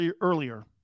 earlier